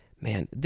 Man